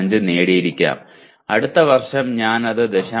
05 നേടിയിരിക്കാം അടുത്ത വർഷം ഞാൻ അത് 0